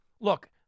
look